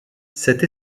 cette